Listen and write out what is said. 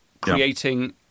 creating